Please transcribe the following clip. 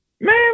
man